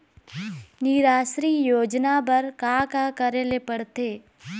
निराश्री योजना बर का का करे ले पड़ते?